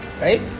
right